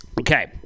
Okay